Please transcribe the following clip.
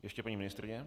Ještě paní ministryně.